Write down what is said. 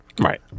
Right